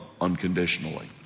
unconditionally